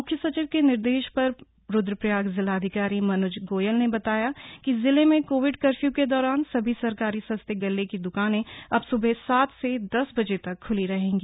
मुख्य सचिव के निर्देश पर रुद्रप्रयाग जिलाधिकारी मनुज गोयल ने बताया कि जिले में कोविड कर्फ्यू के दौरान सभी सरकारी सस्ते गल्ले की दुकाने अब सुबह सात से दस बजे तक खुली रहेंगी